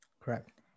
Correct